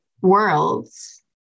worlds